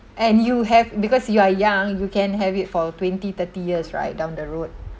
and you have because you are young you can have it for twenty thirty years right down the road